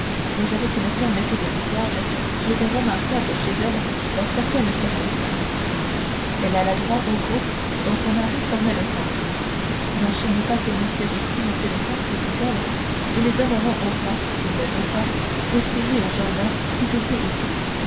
mais avec cette fermeté de visage qui était remarquable chez elle dans certaines circonstances elle alla droit au groupe dont son mari formait le centre n'enchaînez pas ces messieurs ici monsieur le comte dit-elle ils aimeront autant s'ils ne jouent pas respirer au jardin qu'étouffer ici